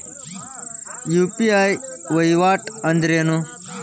UPI ವಹಿವಾಟ್ ಅಂದ್ರೇನು?